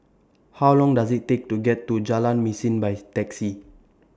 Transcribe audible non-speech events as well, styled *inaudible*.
How Long Does IT Take to get to Jalan Mesin By *noise* Taxi